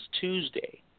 Tuesday